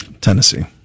Tennessee